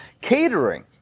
catering